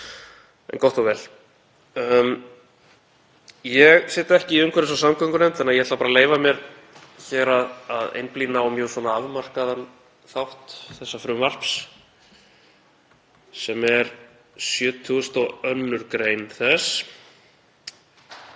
En gott og vel, ég sit ekki í umhverfis- og samgöngunefnd þannig að ég ætla bara að leyfa mér hér að einblína á mjög afmarkaðan þátt þessa frumvarps sem er 72. gr. þess.